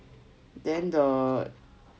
then the